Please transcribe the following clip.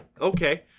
Okay